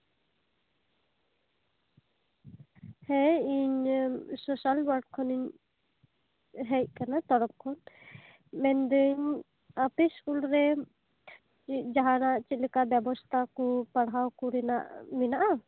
ᱦᱮᱸ ᱤᱧ ᱥᱳᱥᱟᱞᱚᱣᱟᱨᱠ ᱠᱷᱚᱱᱤᱧ ᱦᱮᱡ ᱟᱠᱟᱱᱟ ᱛᱚᱨᱚᱯ ᱠᱷᱚᱱ ᱢᱮᱱᱮᱫᱟᱹᱧ ᱟᱯᱮ ᱤᱥᱠᱩᱞ ᱨᱮ ᱪᱮᱫ ᱡᱟᱦᱟᱸᱱᱟᱜ ᱵᱮᱵᱚᱥᱛᱷᱟ ᱠᱚ ᱢᱮᱱᱟᱜᱼᱟ ᱯᱟᱲᱦᱟᱣ ᱠᱩ ᱨᱮᱱᱟᱜ ᱢᱮᱱᱟᱜᱼᱟ